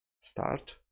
start